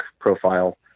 profile